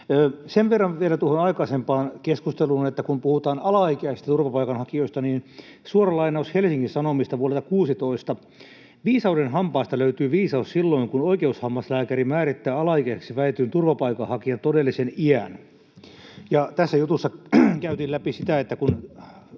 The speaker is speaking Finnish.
Sen verran vielä tuohon aikaisempaan keskusteluun, että kun puhutaan alaikäisistä turvapaikanhakijoista, niin suora lainaus Helsingin Sanomista vuodelta 16: ”Viisaudenhampaasta löytyy viisaus silloin, kun oikeushammaslääkäri määrittää alaikäiseksi väitetyn turvapaikanhakijan todellisen iän.” Tässä jutussa käytiin läpi sitä, että kun